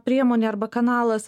priemonė arba kanalas